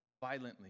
violently